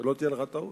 שלא תהיה לך טעות,